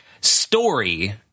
story